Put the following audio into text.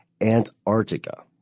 Antarctica